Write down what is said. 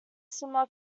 similar